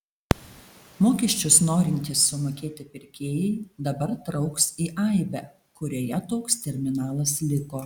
mokesčius norintys sumokėti pirkėjai dabar trauks į aibę kurioje toks terminalas liko